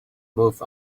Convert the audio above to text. moved